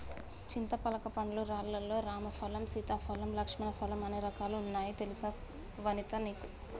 చింతపలక పండ్లు లల్లో రామ ఫలం, సీతా ఫలం, లక్ష్మణ ఫలం అనే రకాలు వున్నాయి తెలుసా వనితా నీకు